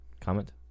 comment